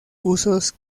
usos